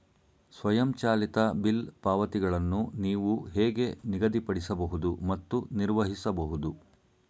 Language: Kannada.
ಸ್ವಯಂಚಾಲಿತ ಬಿಲ್ ಪಾವತಿಗಳನ್ನು ನೀವು ಹೇಗೆ ನಿಗದಿಪಡಿಸಬಹುದು ಮತ್ತು ನಿರ್ವಹಿಸಬಹುದು?